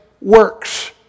works